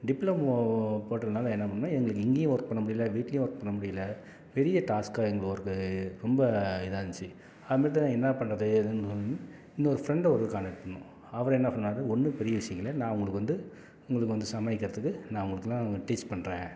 diploma போட்டதனால் என்ன பண்ணோம் எங்களுக்கு இங்கேயும் ஒர்க் பண்ண முடியல வீட்லேயும் ஒர்க் பண்ண முடியல பெரிய டாஸ்க்காக எங்கள் ஒர்க்கு ரொம்ப இதாக இருந்துச்சு அது மாரி தான் என்ன பண்ணுறது ஏதுன்றது வந்து இன்னொரு ஃப்ரெண்டை ஒரு காண்டாக்ட் பண்ணோம் அவர் என்ன பண்ணார் ஒன்றும் பெரிய விஷயம் இல்லை நான் உங்களுக்கு வந்து உங்களுக்கு வந்து சமாளிக்கிறத்துக்கு நான் உங்களுக்குலாம் டீச் பண்ணுறேன்